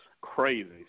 crazy